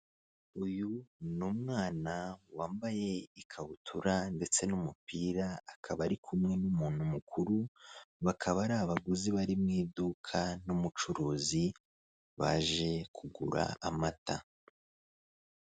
Uyu ni umwana wambaye ikabutura ndetse n'umupira akaba ari kumwe n'umuntu mukuru bakaba ari abaguzi bari mu iduka n'umucuruzi baje kugura amata.